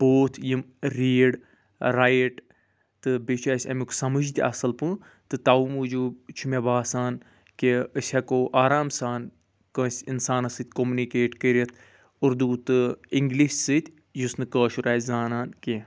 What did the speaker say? both یم read write تہٕ بیٚیہِ چھُ اسہِ امیٛک سمٕجھ تہِ اصٕل پٲٹھۍ تہٕ تَوٕ موٗجوٗب چھُ مےٚ باسان کہِ أسۍ ہیٚکو آرام سان کٲنٛسہِ اِنسانَس سۭتۍ کوٚمنِکیٹ کٔرِتھ اردو تہٕ اِنٛگلِش سۭتۍ یُس نہٕ کٲشُر آسہِ زانان کیٚنٛہہ